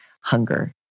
hunger